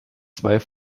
zwei